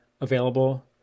available